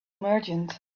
merchant